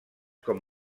com